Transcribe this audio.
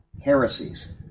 heresies